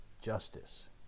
justice